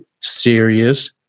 serious